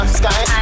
sky